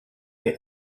they